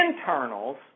internals